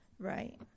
Right